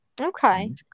Okay